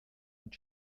und